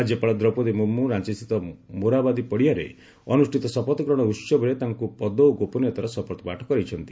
ରାଜ୍ୟପାଳ ଦ୍ରୌପଦୀ ମୁର୍ମୁ ରାଞ୍ଚସ୍ଥିତ ମୋରାବାଦୀ ପଡ଼ିଆରେ ଅନୁଷ୍ଠିତ ଶପଥଗ୍ରହଣ ଉହବରେ ତାଙ୍କୁ ପଦ ଓ ଗୋପନୀୟତାର ଶପଥପାଠ କରାଇଛନ୍ତି